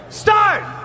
start